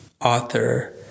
author